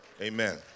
Amen